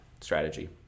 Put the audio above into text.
strategy